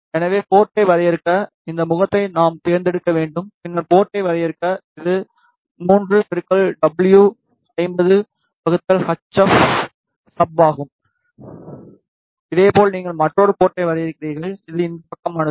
எனவே போர்டை வரையறுக்க இந்த முகத்தை நாம் தேர்ந்தெடுக்க வேண்டும் பின்னர் போர்டை வரையறுக்க இது 3 டபுள்யூ50 ஹச் சப் ஆம் இதேபோல் நீங்கள் மற்றொரு போர்டை வரையறுக்கிறீர்கள் இது இந்த பக்கமானது